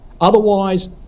Otherwise